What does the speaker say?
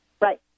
Right